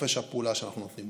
שחופש הפעולה שאנחנו נותנים,